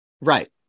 Right